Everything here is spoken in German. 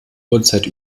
uhrzeit